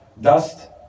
dust